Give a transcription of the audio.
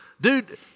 Dude